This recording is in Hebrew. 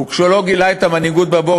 וכשהוא לא גילה את המנהיגות בבור,